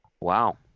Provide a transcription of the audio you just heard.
Wow